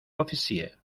officiel